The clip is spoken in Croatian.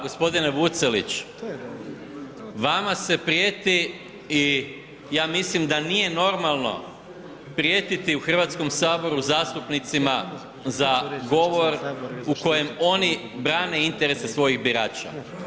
Gospodine Vucelić, vama se prijeti i ja mislim da nije normalno prijetiti u Hrvatskom saboru zastupnicima za govor u kojem oni brani interese svojih birača.